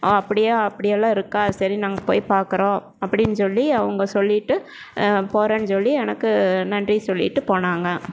ஆ அப்படியா அப்படியெல்லாம் இருக்கா சரி நாங்கள் போய் பார்க்குறோம் அப்படின்னு சொல்லி அவங்க சொல்லிட்டு போகிறேன் சொல்லி எனக்கு நன்றி சொல்லிவிட்டு போனாங்க